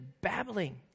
babbling